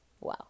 Wow